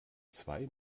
zwei